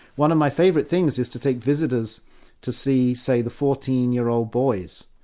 one of my favourite things is to take visitors to see, say, the fourteen year-old boys,